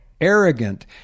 arrogant